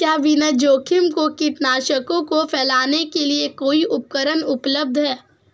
क्या बिना जोखिम के कीटनाशकों को फैलाने के लिए कोई उपकरण उपलब्ध है?